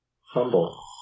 Humble